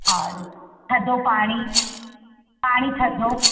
और थधो पाणी पाणी थधो